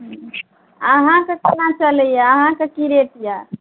अहाँके केना चलइए अहाँके की रेट यऽ